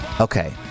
okay